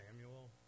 Samuel